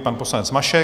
Pan poslanec Mašek.